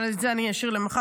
אבל את זה אני אשאיר למחר.